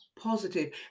positive